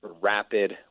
rapid